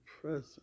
present